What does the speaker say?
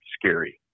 scary